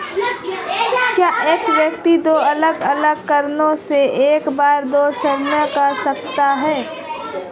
क्या एक व्यक्ति दो अलग अलग कारणों से एक बार में दो ऋण ले सकता है?